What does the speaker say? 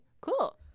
cool